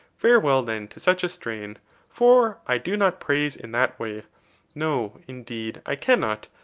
farewell then to such a strain for i do not praise in that way no, indeed, i cannot.